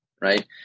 right